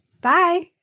Bye